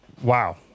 wow